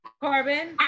Carbon